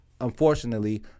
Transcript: Unfortunately